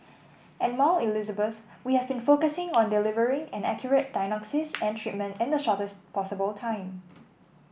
at Mount Elizabeth we have been focusing on delivering an accurate diagnosis and treatment in the shortest possible time